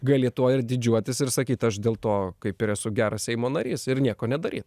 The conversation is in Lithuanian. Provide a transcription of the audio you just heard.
gali tuo ir didžiuotis ir sakyt aš dėl to kaip ir esu geras seimo narys ir nieko nedaryt